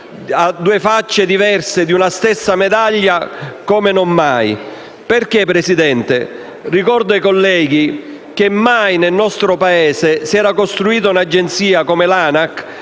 a due facce diverse di una stessa medaglia. Perché questo, signora Presidente? Ricordo ai colleghi che mai, nel nostro Paese, si era costruita un'agenzia come l'ANAC,